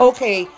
Okay